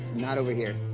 not over here.